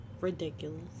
ridiculous